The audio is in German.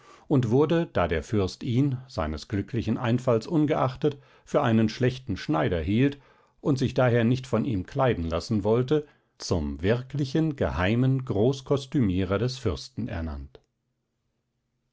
und wurde da der fürst ihn seines glücklichen einfalls ungeachtet für einen schlechten schneider hielt und sich daher nicht von ihm kleiden lassen wollte zum wirklichen geheimen groß kostümierer des fürsten ernannt